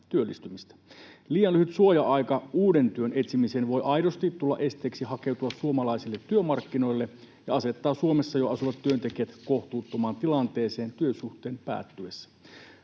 työllistymistä. Liian lyhyt suoja-aika uuden työn etsimiseen voi aidosti tulla esteeksi hakeutua suomalaisille työmarkkinoille ja asettaa Suomessa jo asuvat työntekijät kohtuuttomaan tilanteeseen työsuhteen päättyessä.